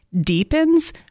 deepens